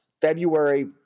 February